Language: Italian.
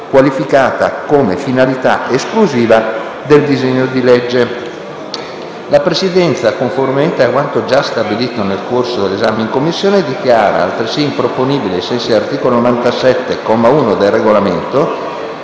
qualificata come finalità esclusiva del disegno di legge. La Presidenza, conformemente a quanto già stabilito nel corso dell'esame in Commissione, dichiara altresì improponibili, ai sensi dell'articolo 97, comma 1, del Regolamento,